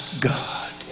God